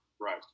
Right